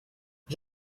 ich